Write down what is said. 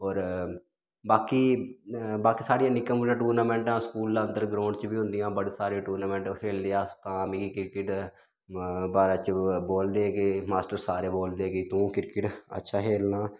होर बाकी बाकी साढ़ियां निक्कियां मुट्टियां टूर्नामेंटां स्कूल अंदर ग्राउंड च बी होदियां बड़े सारे टूर्नामेंट खेले अस तां मिगी क्रिकेट बारे च बोलदे के मास्टर सारे बोलदे कि तूं क्रिकेट अच्छा खेलना